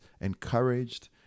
encouraged